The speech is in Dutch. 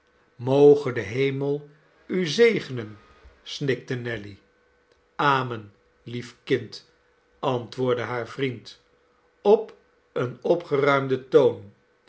moge de hemel u zegenen snikte nelly amen lief kind antwoordde haar vriend op een opgeruimden toon